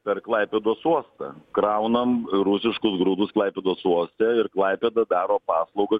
per klaipėdos uostą kraunam rusiškus grūdus klaipėdos uoste ir klaipėda daro paslaugą